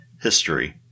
history